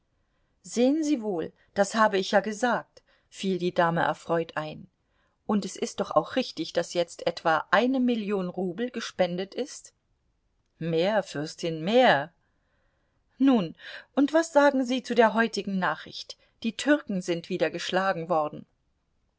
sehen sie wohl das habe ich ja gesagt fiel die dame erfreut ein und es ist doch auch richtig daß jetzt etwa eine million rubel gespendet ist mehr fürstin mehr nun und was sagen sie zu der heutigen nachricht die türken sind wieder geschlagen worden